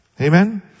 Amen